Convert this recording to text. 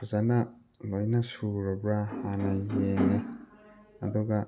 ꯐꯖꯅ ꯂꯣꯏꯅ ꯁꯨꯔꯕ꯭ꯔꯥ ꯍꯥꯟꯅ ꯌꯦꯡꯉꯦ ꯑꯗꯨꯒ